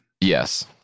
Yes